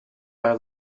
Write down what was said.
are